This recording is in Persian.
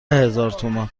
هزارتومان